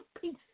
peace